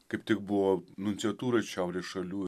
kaip tik buvo nunciatūroj šiaurės šalių